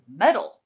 metal